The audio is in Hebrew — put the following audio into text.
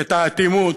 את האטימות,